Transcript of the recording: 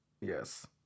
Yes